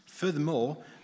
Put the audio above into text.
Furthermore